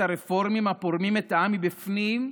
הרפורמים הפורמים את העם מבפנים,